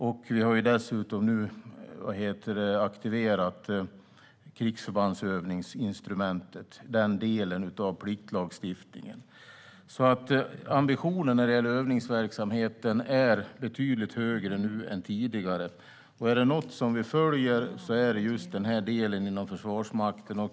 Nu har vi dessutom aktiverat krigsförbandsövningsinstrumentet, den delen av pliktlagstiftningen. Ambitionen när det gäller övningsverksamheten är betydligt högre nu än tidigare. Om det är något som vi följer så är det just den delen inom Försvarsmakten.